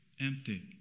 empty